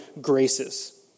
graces